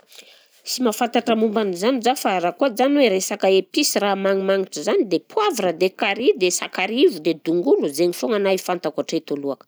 Sy mahafantatra momba an'zany jaho fa raha koa jany hoe resaka episy raha magnimagnitra izany dia poavra dia carry dia sakarivo dia dongolo, zaigny foagna anahy fantako hatreto alohaka.